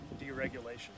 deregulation